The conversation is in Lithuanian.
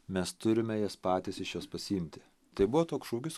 mes turime jas patys iš jos pasiimti tai buvo toks šūkis